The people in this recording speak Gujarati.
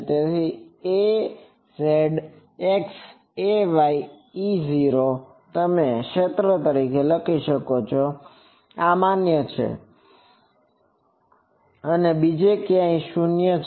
તેથી az x ay E0 તમે તે ક્ષેત્ર લખી શકો છો કે જ્યાં આ માન્ય છે અને બીજે ક્યાંય શૂન્ય છે